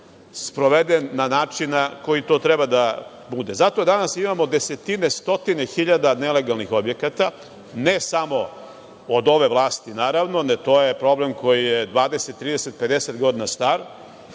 sproveden na način na koji to treba da bude. Zato danas imamo desetine, stotine hiljada nelegalnih objekata, ne samo od ove vlasti, naravno, ne to je problem koji je 20,30,50 godina star,